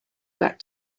back